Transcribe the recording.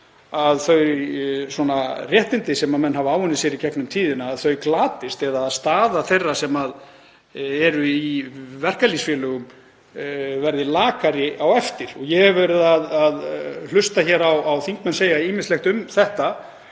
að þau réttindi sem menn hafa áunnið sér í gegnum tíðina glatist eða að staða þeirra sem eru í verkalýðsfélögum verði lakari á eftir. Ég hef verið að hlusta hér á þingmenn segja ýmislegt um þetta,